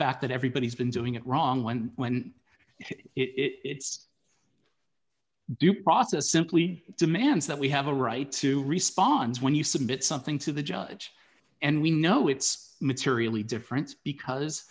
fact that everybody's been doing it wrong when when it's due process simply demands that we have a right to respond when you submit something to the judge and we know it's materially different because